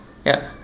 ya